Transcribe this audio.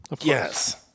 Yes